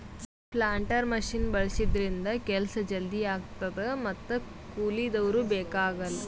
planter machine ಬಳಸಿದ್ರಿಂದ ಕೆಲ್ಸ ಜಲ್ದಿ ಆಗ್ತದ ಮತ್ತ್ ಕೂಲಿದವ್ರು ಬೇಕಾಗಲ್